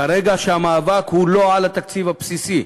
כרגע, שהמאבק הוא לא על התקציב הבסיסי.